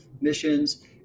missions